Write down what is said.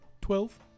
Twelve